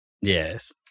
Yes